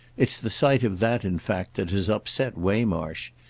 it's the sight of that in fact that has upset waymarsh.